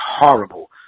horrible